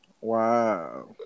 Wow